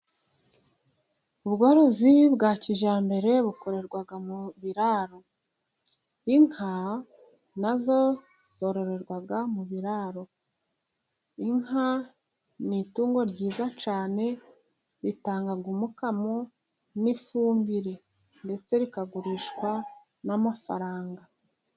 Ubworozi bwa kijyambere bukorerwa mu biraro. Inka na zo zororerwa mu biraro. Inka ni itungo ryiza cyane ritanga umukamo n'ifumbire. Ndetse rikagurishwa n'amafaranga.